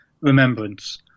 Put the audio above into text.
remembrance